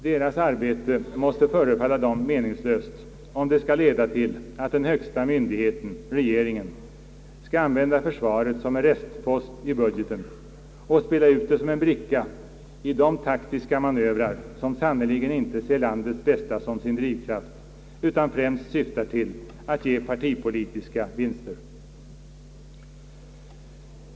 Deras arbete måste förefalla dem meningslöst, om det skall leda till att den högsta myndigheten — regeringen — skall använda försvaret som en restpost i budgeten och spela ut det som en bricka i de taktiska manövrer som sannerligen inte ser landets bästa som sin drivkraft utan främst syftar till att ge partipolitiska vinster.